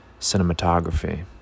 cinematography